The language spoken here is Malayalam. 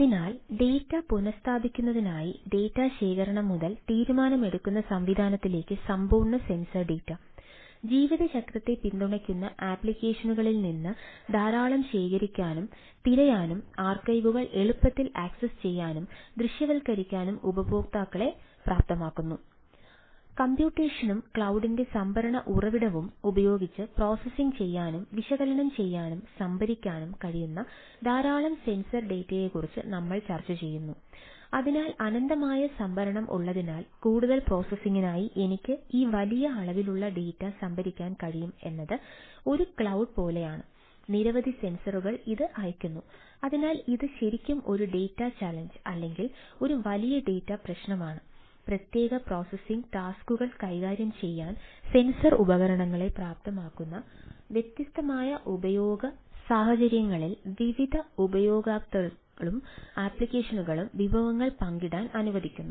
അതിനാൽ ഡാറ്റ പുനസ്ഥാപിക്കുന്നതിനായി ഡാറ്റ ശേഖരണം മുതൽ തീരുമാനം എടുക്കുന്ന സംവിധാനത്തിലേക്ക് സമ്പൂർണ്ണ സെൻസർ ഡാറ്റ ജീവിതചക്രത്തെ പിന്തുണയ്ക്കുന്ന ആപ്ലിക്കേഷനുകളിൽ നിന്ന് ധാരാളം ശേഖരിക്കാനും തിരയാനും ആർക്കൈവുകൾ വിഭവങ്ങൾ പങ്കിടാൻ അനുവദിക്കുന്നു